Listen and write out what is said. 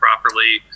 properly